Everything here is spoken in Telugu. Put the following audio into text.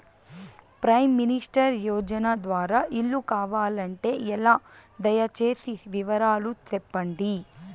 ప్రైమ్ మినిస్టర్ యోజన ద్వారా ఇల్లు కావాలంటే ఎలా? దయ సేసి వివరాలు సెప్పండి?